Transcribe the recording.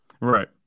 Right